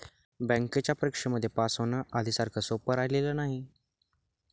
बँकेच्या परीक्षेमध्ये पास होण, आधी सारखं सोपं राहिलेलं नाही